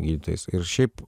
gydytojais ir šiaip